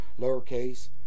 lowercase